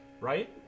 right